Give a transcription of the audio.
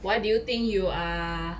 why do you think you are